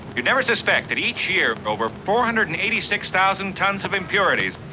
you'd never suspect that each year over four hundred and eighty six thousand tons of impurities.